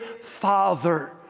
Father